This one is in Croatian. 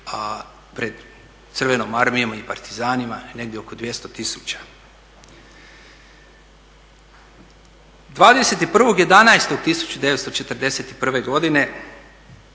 pred crvenom armijom i partizanima negdje oko 200 tisuća. 21.11.1941. godine